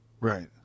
Right